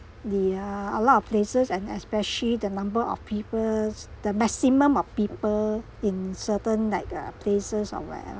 the uh a lot of places and especially the number of peoples the maximum of people in certain like uh places of whatever